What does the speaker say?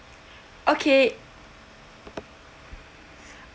okay